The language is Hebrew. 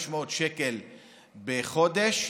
כ-500 שקל בחודש,